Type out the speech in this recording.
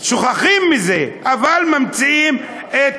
שוכחים מזה, אבל מממציאים את